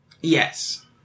Yes